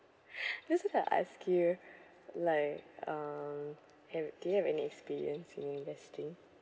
just want to ask you like um have do you have any experience in investing